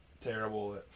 terrible